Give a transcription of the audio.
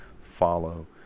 follow